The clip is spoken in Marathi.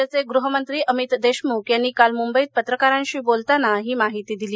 राज्याचे गृहमंत्री अमित देशमुख यांनी काल मुंबईत पत्रकारांशी बोलताना ही माहिती दिली